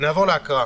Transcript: נעבור להקראה.